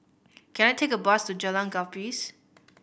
can I take a bus to Jalan Gapis